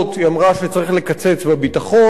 היא אמרה שצריך לקצץ בביטחון,